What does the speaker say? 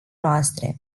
noastre